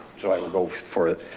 so i will go for it.